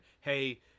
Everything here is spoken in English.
hey